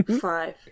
Five